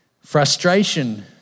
Frustration